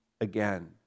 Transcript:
again